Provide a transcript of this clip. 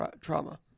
trauma